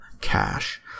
cash